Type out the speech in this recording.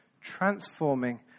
transforming